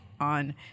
on